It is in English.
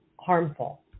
harmful